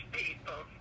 people